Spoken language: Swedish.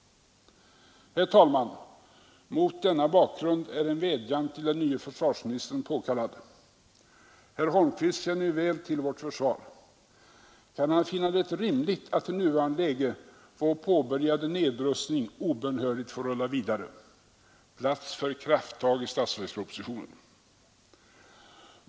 Herr talman! Mot denna bakgrund är en vädjan till den nye försvarsministern påkallad. Herr Holmqvist känner ju väl till vårt försvar. Kan han finna det rimligt att i nuvarande läge vår påbörjade nedrustning obönhörligt får rulla vidare? Plats för krafttag i statsverkspropositionen!